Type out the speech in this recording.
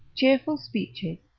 cheerful speeches,